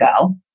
go